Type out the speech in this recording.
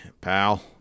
pal